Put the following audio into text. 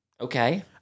okay